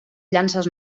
llances